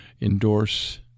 endorse